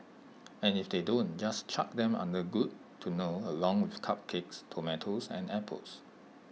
and if they don't just chuck them under good to know along with the cupcakes tomatoes and apples